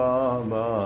Baba